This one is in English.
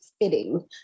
fitting